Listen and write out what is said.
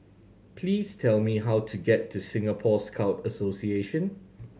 please tell me how to get to Singapore Scout Association